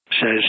says